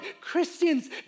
Christians